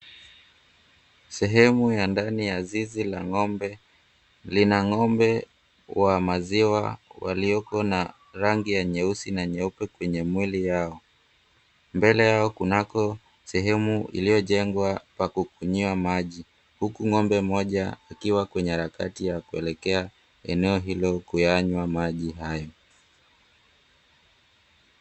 Sehemu ya ndani ya zizi la ng'ombe lina ng'ombe wa maziwa walioko na rangi ya nyeusi na nyeupe kwenye mwili yao. Mbele yao kunako sehemu iliyojengwa pa kukunyia maji huku ng'ombe mmoja akiwa kwenye harakati ya kuelekea eneo hili kuyanywa maji hayo.